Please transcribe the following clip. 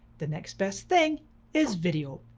the next best thing is video,